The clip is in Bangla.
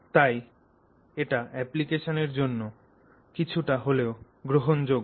তাই এটা অ্যাপ্লিকেশনের জন্য কিছুটা হলেও গ্রহণযোগ্য